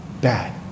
Bad